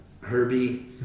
Herbie